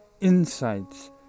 insights